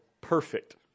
perfect